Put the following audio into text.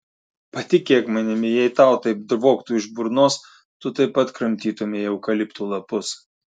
patikėk manimi jei tau taip dvoktų iš burnos tu taip pat kramtytumei eukaliptų lapus